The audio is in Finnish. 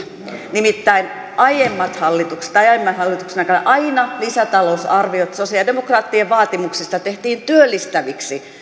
nimittäin aiemman hallituksen aikana aina lisätalousarviot sosialidemokraattien vaatimuksesta tehtiin työllistäviksi